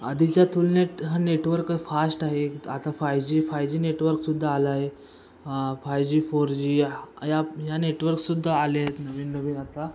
आधीच्या तुलनेत हा नेटवर्क फास्ट आहे आता फाय जी फाय जी नेटवर्कसुद्धा आला आहे फाय जी फोर जी या ह्या नेटवर्कसुद्धा आले आहेत नवीन नवीन आता